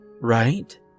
right